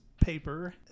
paper